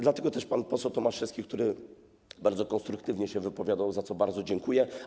Dlatego też pan poseł Tomaszewski, który bardzo konstruktywnie się wypowiadał, za co bardzo dziękuję.